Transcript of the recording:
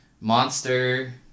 Monster